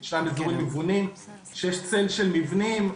ישנם אזורים שיש צל של מבנים,